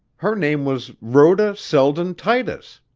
her name was rhoda selden titus.